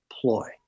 ploy